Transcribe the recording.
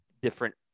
different